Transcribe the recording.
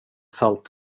salt